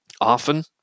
often